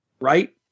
right